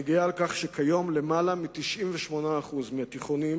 אני גאה על כך שכיום ביותר מ-98% מהתיכונים